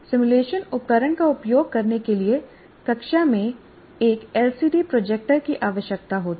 simulation उपकरण का उपयोग करने के लिए कक्षा में एक एलसीडी प्रोजेक्टर की आवश्यकता होती है